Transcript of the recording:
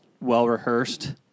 well-rehearsed